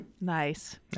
Nice